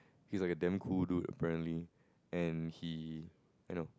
he's like a damn cool dude apparently and he I know